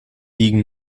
liegen